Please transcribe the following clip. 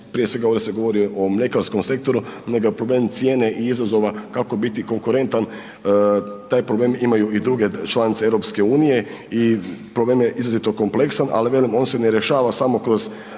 prije svega ovdje se govori o mljekarskom sektoru, nego je problem cijene i izazova kako biti konkurentan, taj problem imaju i druge članice EU i problem je izrazito kompleksan, ali velim on se ne rješava samo kroz